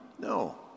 No